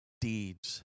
deeds